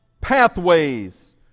pathways